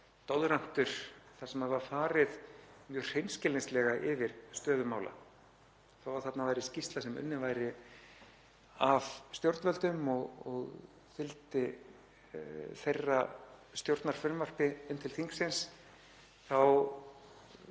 doðrantur þar sem var farið mjög hreinskilnislega yfir stöðu mála. Þó að þarna væri skýrsla sem unnin var af stjórnvöldum og fylgdi þeirra stjórnarfrumvarpi til þingsins